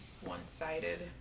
one-sided